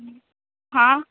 हाँ